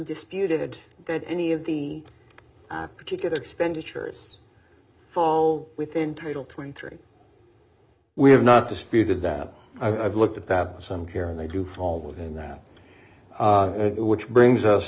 disputed that any of the particular expenditures fall within title twenty three we have not disputed that i've looked at that some here and they do fall within that which brings us